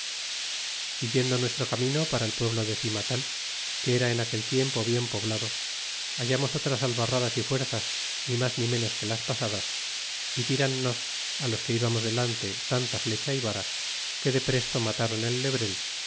yendo nuestro camino para el pueblo de cimatan que era en aquel tiempo bien poblado hallamos otras albarradas y fuerzas ni mas ni ménos que las pasadas y tirannos á los que ibamos delante tanta flecha y va ya que depresto matron el lebrel